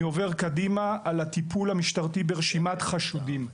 אני עובר קדימה היבטי אכיפה.